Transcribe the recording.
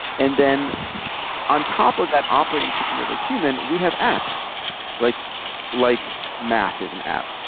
and then on top of that operating system of a human, we have apps like like math is an app,